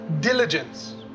diligence